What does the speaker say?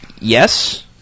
Yes